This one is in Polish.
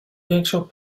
większą